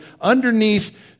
underneath